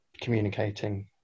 communicating